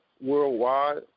worldwide